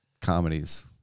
comedies